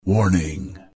Warning